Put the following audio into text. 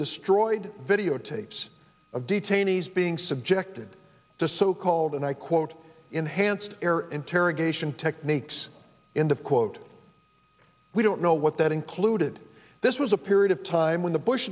destroyed videotapes of detainees being subjected to so called and i quote enhanced interrogation techniques and of quote we don't know what that included this was a period of time when the bush